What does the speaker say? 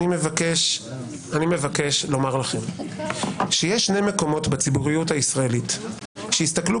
אני מבקש לומר לכם שיש שני מקומות בציבוריות הישראלית שהסתכלו